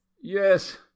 Yes